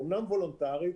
אמנם וולנטרית,